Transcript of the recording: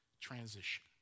transition